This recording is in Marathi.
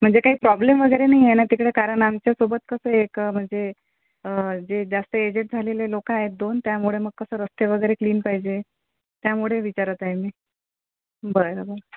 म्हणजे काही प्रॉब्लेम वगैरे नाही आहे ना तिकडे कारण आमच्यासोबत कसं आहे एक म्हणजे जे जास्त एजेस झालेले लोक आहेत दोन त्यामुळे मग कसं रस्ते वगैरे क्लीन पाहिजे त्यामुळे विचारत आहे मी बरं बरं